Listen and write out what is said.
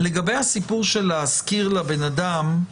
לגבי הסיפור של להזכיר לבן אדם,